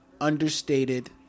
understated